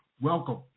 Welcome